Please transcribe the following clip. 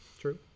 true